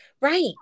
Right